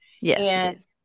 Yes